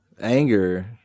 Anger